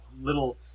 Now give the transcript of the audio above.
little